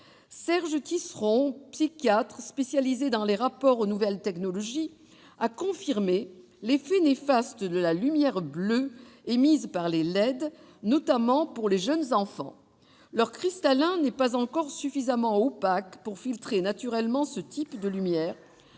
Serge Tisseron, psychiatre spécialisé dans les rapports aux nouvelles technologies, a attesté l'effet néfaste de la lumière bleue émise par les LED, notamment pour les jeunes enfants. Le cristallin de ceux-ci n'étant pas encore suffisamment opaque pour filtrer naturellement ce type de lumière,